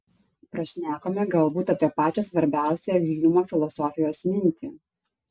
prašnekome galbūt apie pačią svarbiausią hjumo filosofijos mintį